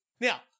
Now